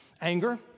Anger